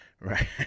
Right